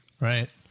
Right